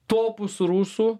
topus rusų